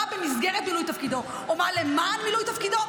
ומה במסגרת מילוי תפקידו או מה למען מילוי תפקידו,